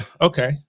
Okay